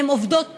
הן עובדות טובות,